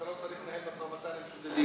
אתה לא צריך לנהל משא-ומתן עם שודדים.